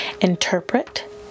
interpret